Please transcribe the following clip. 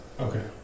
Okay